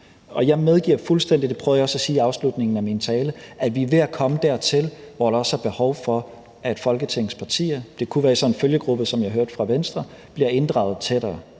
af min tale – at vi er ved at komme dertil, hvor der også er behov for, at Folketingets partier bliver inddraget tættere,